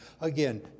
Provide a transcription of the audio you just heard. again